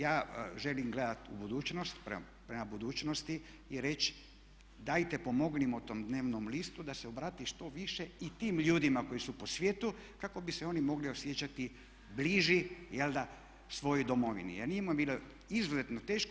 Ja želim gledati u budućnost prema budućnosti i reći dajte pomognimo tom dnevnom listu da se obrati što više i tim ljudima koji su po svijetu kako bi se oni mogli osjećati bliži svojoj domovini, jer njima je bilo izuzetno teško.